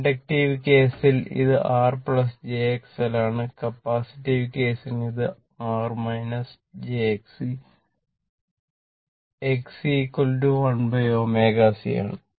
inductive കേസിൽ ഇത് R j XL ആണ് കപ്പാസിറ്റീവ് കേസിന് ഇത് R j Xc Xc 1 ω c ആണ്